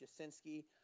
Jasinski